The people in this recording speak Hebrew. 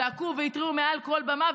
זעקו והתריעו מעל כל במה,